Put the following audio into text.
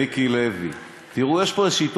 אני מתנצל שאני לפניך.